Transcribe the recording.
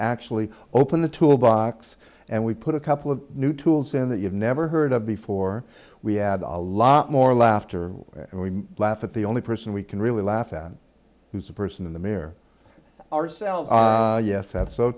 actually open the tool box and we put a couple of new tools in that you've never heard of before we had a lot more laughter and we laugh at the only person we can really laugh at who's the person in the mirror ourselves yes that's so